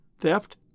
theft